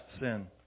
sin